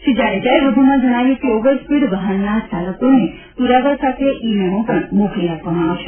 શ્રી જાડેજાએ વધુમાં જણાવ્યું છે કે ઓવર સ્પીડ વાહનના ચાલકોને પુરાવા સાથે ઇ મેમો પણ મોકલી આપવામાં આવશે